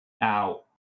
Now